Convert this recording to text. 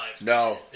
No